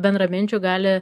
bendraminčių gali